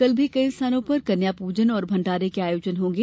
कल भी कई स्थानों पर कन्या पूजन और भण्डारे के आयोजन होंगे